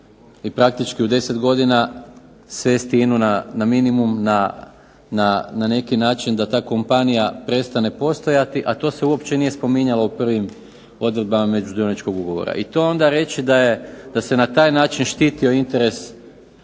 i praktički u 10 godina svesti INA-u na minimum na neki način da ta kompanija prestane postojati, a to se uopće nije spominjalo u prvim odredbama međudioničkog ugovora i to reći da se na taj način štitio interes